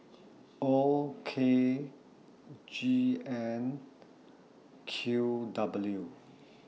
O K G N Q W